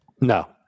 No